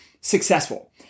successful